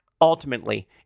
ultimately